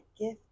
gift